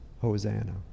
Hosanna